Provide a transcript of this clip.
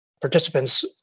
participants